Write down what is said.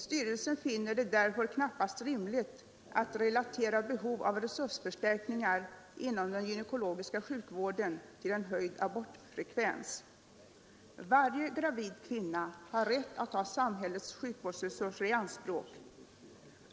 Styrelsen finner det därför knappast rimligt att relatera behov av resursförstärkningar inom den gynekologiska sjukvården till en höjd abortfrekvens. Varje gravid kvinna har rätt att ta samhällets sjukvårdsresurser i anspråk.